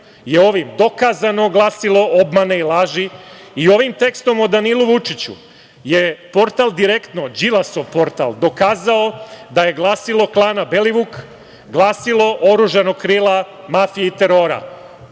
je ovim dokazano glasilo obmane i laži i ovim tekstom o Danilu Vučiću je portal Direktno, Đilasov portal, dokazao da je glasilo klana Belivuk, glasilo oružanog krila mafije i terora.